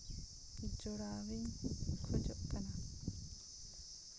ᱡᱚᱲᱟᱣᱤᱧ ᱠᱷᱚᱡᱚᱜ ᱠᱟᱱᱟ